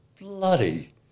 bloody